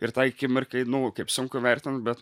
ir tai akimirkai nu kaip sunku įvertint bet